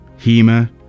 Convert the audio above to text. Hema